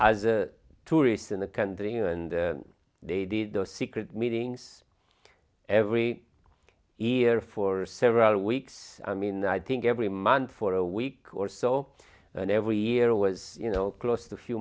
as a tourist in the country and they did their secret meetings every year for several weeks i mean i think every month for a week or so and every year was you know closed a few